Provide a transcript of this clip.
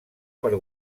per